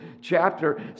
chapter